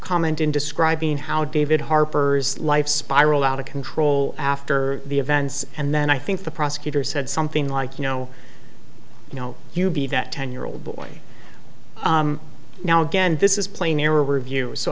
comment in describing how david harper's life spiral out of control after the events and then i think the prosecutor said something like you know you know you be that ten year old boy now again this is playing a review so